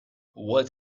what